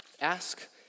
Ask